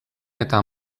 eta